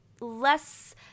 less